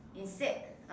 instead